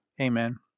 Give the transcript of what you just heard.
Amen